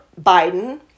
Biden